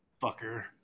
Fucker